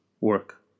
work